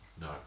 no